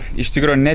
instagram